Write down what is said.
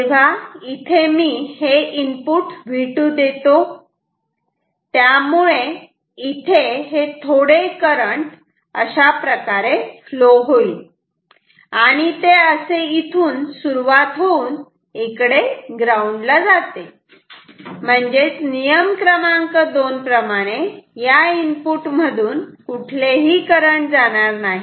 तर इथे मी इनपुट V2 देतो त्यामुळे इथे थोडे करंट अशाप्रकारे फ्लो होईल ते असे इथून सुरुवात होऊन इकडे ग्राऊंड ला जाते नियम क्रमांक 2 प्रमाणे या इनपुट मधून कुठलेही करंट जाणार नाही